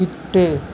விட்டு